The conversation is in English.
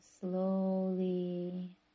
slowly